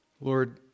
Lord